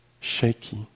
shaky